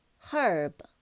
Herb